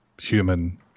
human